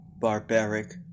barbaric